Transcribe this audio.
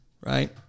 right